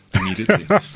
immediately